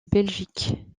belgique